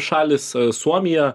šalys suomija